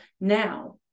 now